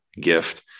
gift